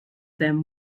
them